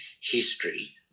history